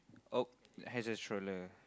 oh has a trawler